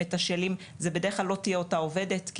הם מתשאלים כי זו בדרך כלל לא תהיה אותה העובדת שהתלוננה,